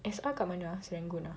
S_R kat mana ah Serangoon ah